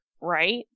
right